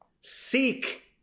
Seek